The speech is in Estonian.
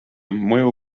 mõju